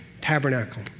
tabernacle